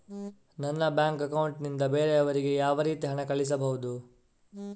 ನನ್ನ bank account ನಿಂದ ಬೇರೆಯವರಿಗೆ ಯಾವ ರೀತಿ ಹಣ ಕಳಿಸಬಹುದು?